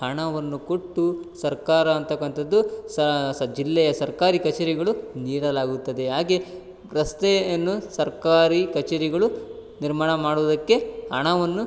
ಹಣವನ್ನು ಕೊಟ್ಟು ಸರ್ಕಾರ ಅಂತಕ್ಕಂಥದ್ದು ಸ ಸ ಜಿಲ್ಲೆಯ ಸರ್ಕಾರಿ ಕಚೇರಿಗಳು ನೀಡಲಾಗುತ್ತದೆ ಹಾಗೇ ರಸ್ತೆಯನ್ನು ಸರ್ಕಾರಿ ಕಚೇರಿಗಳು ನಿರ್ಮಾಣ ಮಾಡುವುದಕ್ಕೆ ಹಣವನ್ನು